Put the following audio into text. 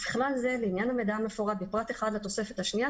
ובכלל זה לעניין המידע המפורט בפרט 1 לתוספת השנייה,